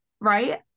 right